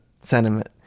sentiment